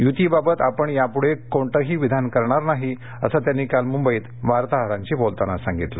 युतीबाबत आपण यापुढे कोणतंही विधान करणार नाही असं त्यांनी काल मुंबईत वार्ताहरांशी बोलताना सांगितलं